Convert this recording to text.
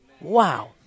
Wow